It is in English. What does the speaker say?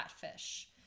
catfish